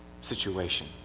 situation